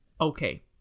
okay